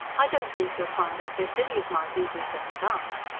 i don't think you'll find i've left any of my dooties undone.